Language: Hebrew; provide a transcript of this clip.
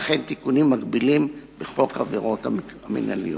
וכן תיקונים מקבילים בחוק העבירות המינהליות.